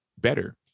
better